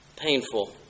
Painful